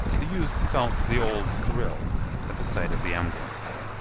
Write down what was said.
the youth felt the old thrill at the sight of the emblems.